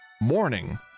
morning